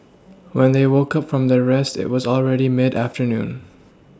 when they woke up from their rest it was already mid afternoon